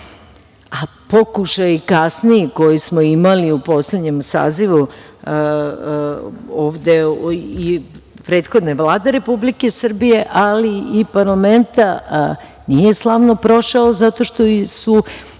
a pokušaj kasniji koji smo imali u poslednjem sazivu i prethodne Vlade Republike Srbije, ali i parlamenta nije slavno prošao zato što su